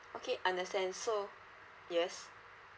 okay understand so yes